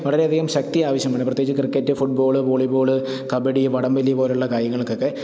വളരെയധികം ശക്തി ആവശ്യമാണ് പ്രത്യേകിച്ച് cricket football volleyball kabaddi വടം വലി പോലെയുള്ള കായികങ്ങള്ക്കൊക്കെ